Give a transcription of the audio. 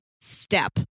step